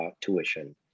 tuition